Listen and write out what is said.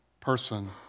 person